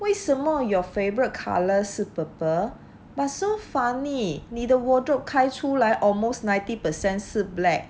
为什么 your favorite color 是 purple but so funny 你的 wardrobe 开出来 almost ninety percent 是 black